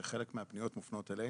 שדרכו מגיעות חלק מהפניות אלינו,